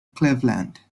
cleveland